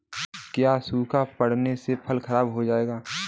क्या सूखा पड़ने से फसल खराब हो जाएगी?